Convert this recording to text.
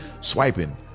swiping